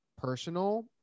personal